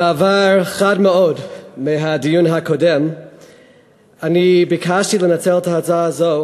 במעבר חד מאוד מהדיון הקודם ביקשתי לנצל את ההצעה הזאת